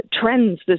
Trends